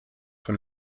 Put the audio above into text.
von